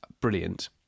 brilliant